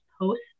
post